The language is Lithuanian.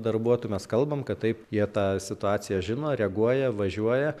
darbuotojų mes kalbam kad taip jie tą situaciją žino reaguoja važiuoja